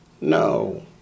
No